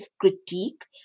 critique